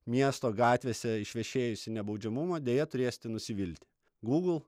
miesto gatvėse išvešėjusį nebaudžiamumą deja turėsite nusivilti google